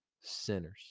sinners